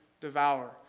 devour